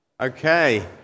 Okay